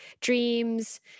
dreams